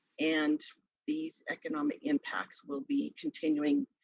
and these economic impacts will be continuing,